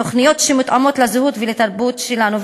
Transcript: תוכניות שמותאמות לזהות ולתרבות שלנו.